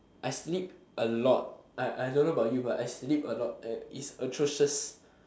I sleep a lot I I don't know about you but I sleep a lot it's atrocious